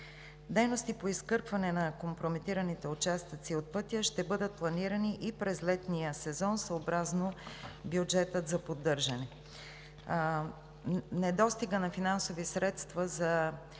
Дейности по изкърпване на компрометираните участъци от пътя ще бъдат планирани и през летния сезон съобразно бюджета за поддържане.